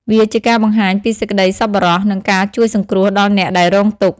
វាជាការបង្ហាញពីសេចក្តីសប្បុរស និងការជួយសង្គ្រោះដល់អ្នកដែលរងទុក្ខ។